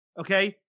Okay